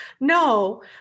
no